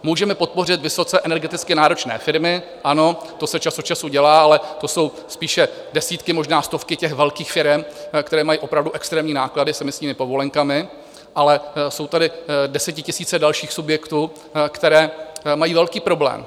Můžeme podpořit vysoce energeticky náročné firmy, ano, to se čas od času dělá, ale to jsou spíše desítky, možná stovky velkých firem, které mají opravdu extrémní náklady s emisními povolenkami, ale jsou tady desetitisíce dalších subjektů, které mají velký problém.